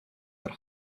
that